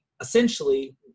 essentially